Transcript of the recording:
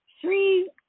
three